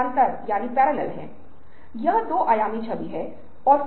वे इस तरह का प्रश्न सोच सकते हैं